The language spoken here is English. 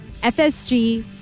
FSG